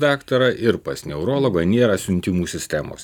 daktarą ir pas neurologą nėra siuntimų sistemos